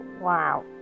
wow